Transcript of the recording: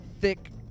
thick